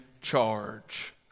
charge